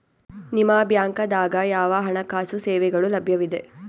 ನಿಮ ಬ್ಯಾಂಕ ದಾಗ ಯಾವ ಹಣಕಾಸು ಸೇವೆಗಳು ಲಭ್ಯವಿದೆ?